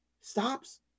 stops